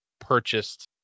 purchased